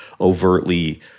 overtly